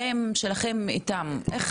זה יכול להיות גם באמצעות המייל,